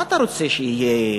מה אתה רוצה שיהיה,